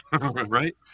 Right